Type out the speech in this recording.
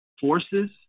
forces